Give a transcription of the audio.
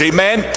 Amen